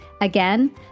Again